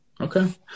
Okay